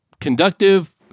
conductive